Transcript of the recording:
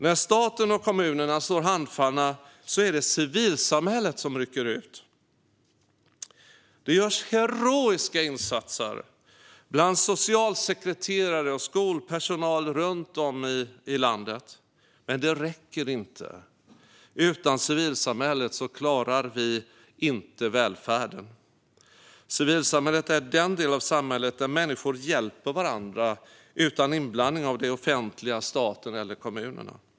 När staten och kommunerna står handfallna är det civilsamhället som rycker ut. Det görs heroiska insatser bland socialsekreterare och skolpersonal runt om i landet. Men det räcker inte! Utan civilsamhället klarar vi inte välfärden. Civilsamhället är den del av samhället där människor hjälper varandra utan inblandning av det offentliga, staten eller kommunerna.